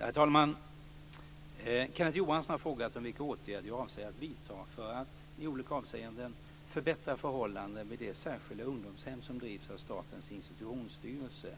Herr talman! Kenneth Johansson har frågat vilka åtgärder jag avser att vidta för att, i olika avseenden, förbättra förhållandena vid de särskilda ungdomshem som drivs av Statens institutionsstyrelse .